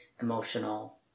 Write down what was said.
emotional